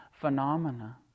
phenomena